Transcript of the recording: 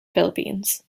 philippines